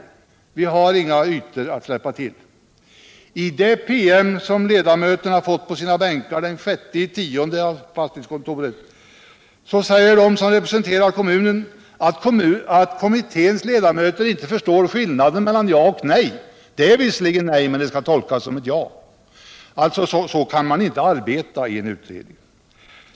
De har inga ytor att släppa till. I den PM som ledamöterna fått på sina bänkar den 6 oktober från fastighetskontoret säger de som representerar kommunen att kommitténs ledamöter inte förstår skillnaden mellan ja och nej. Det är visserligen nej, men det skall tolkas som ja. Så kan man inte arbeta i en utredning.